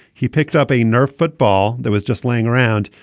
he picked up a nerf football that was just laying around.